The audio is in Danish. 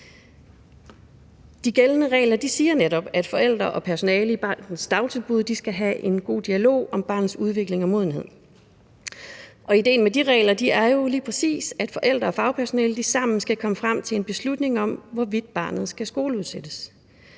De gældende regler siger netop, at forældre og personale i barnets dagtilbud skal have en god dialog om barnets udvikling og modenhed. Ideen med de regler er jo lige præcis, at forældre og fagpersonale sammen skal komme frem til en beslutning om, hvorvidt barnet skal skoleudsættes.